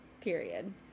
Period